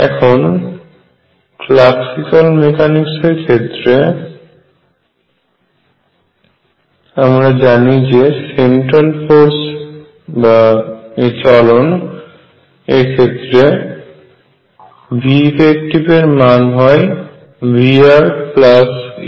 এখন classical mechanics এর ক্ষেত্রে আমরা জানি যে সেন্ট্রাল ফোর্স এ চলন এর ক্ষেত্রে veff এর মান হয় Vrl22mr2